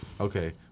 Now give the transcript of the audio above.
Okay